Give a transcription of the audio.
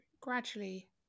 gradually